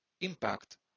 impact